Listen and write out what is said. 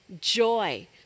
joy